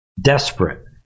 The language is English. desperate